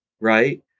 right